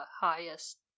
highest